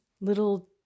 little